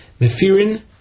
Mefirin